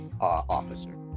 officer